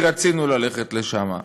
כי רצינו ללכת לשם.